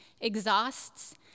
exhausts